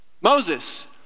Moses